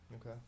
okay